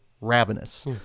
Ravenous